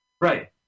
Right